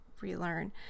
relearn